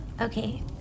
Okay